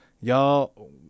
Y'all